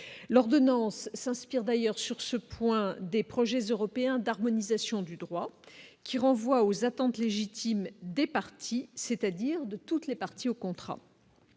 l'ordonnance s'inspire d'ailleurs sur ce point des projets européens d'harmonisation du droit qui renvoie aux attentes légitimes des partis, c'est-à-dire de toutes les parties au contrat.